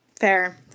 Fair